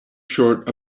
short